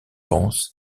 pense